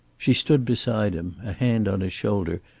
she stood beside him, a hand on his shoulder,